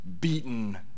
beaten